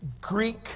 Greek